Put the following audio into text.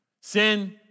Sin